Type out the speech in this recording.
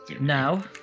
now